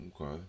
Okay